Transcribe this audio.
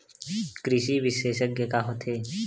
कृषि विशेषज्ञ का होथे?